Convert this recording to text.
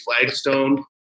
flagstone